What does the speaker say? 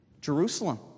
Jerusalem